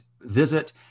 visit